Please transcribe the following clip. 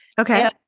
Okay